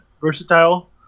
versatile